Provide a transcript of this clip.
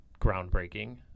groundbreaking